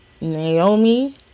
naomi